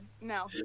No